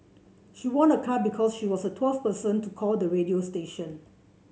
she won a car because she was the twelfth person to call the radio station